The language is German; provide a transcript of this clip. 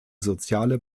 soziale